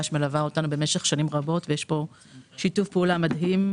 שמלווה אותנו במשך שנים רבות ויש פה שיתוף פעולה מדהים.